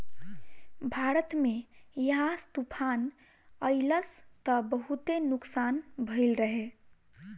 भारत में यास तूफ़ान अइलस त बहुते नुकसान भइल रहे